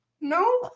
No